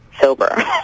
sober